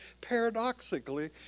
paradoxically